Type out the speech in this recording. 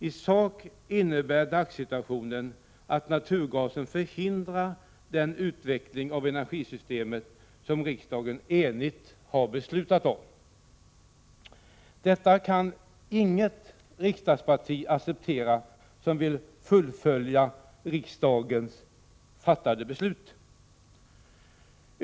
I sak innebär dagssituationen att naturgasen förhindrar den utveckling av energisystemet som riksdagen enhälligt har beslutat om. Detta kan inget riksdagsparti acceptera som vill fullfölja av riksdagen fattade beslut.